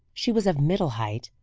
she was of middle height,